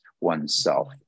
oneself